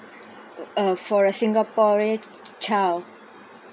uh for a singaporean child